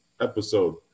episode